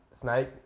Snake